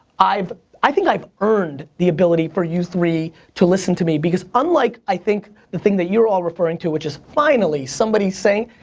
i think i've earned the ability for you three to listen to me because unlike, i think the thing that you're all referring to which is finally somebody's saying